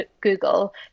Google